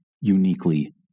uniquely